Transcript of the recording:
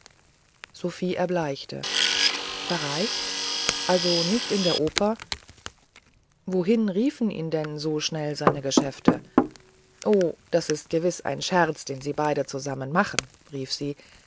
sophie erbleichte verreist also nicht in der oper wohin riefen ihn denn so schnell seine geschäfte o das ist gewiß ein scherz den sie beide zusammen machen rief sie